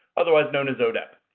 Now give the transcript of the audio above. otherwise known as odep.